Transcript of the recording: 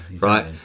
right